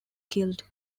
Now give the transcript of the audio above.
killed